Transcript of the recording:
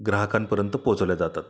ग्राहकांपर्यंत पोहचवल्या जातात